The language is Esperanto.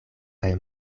kaj